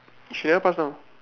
she never pass down